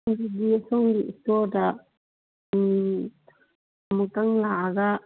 ꯑꯗꯨꯗꯤ ꯁꯣꯝꯒꯤ ꯁ꯭ꯇꯣꯔꯗ ꯎꯝ ꯑꯃꯨꯛꯇꯪ ꯂꯥꯛꯑꯒ